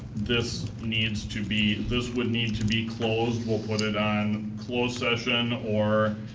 this needs to be, this would need to be closed, we'll put it on closed session or,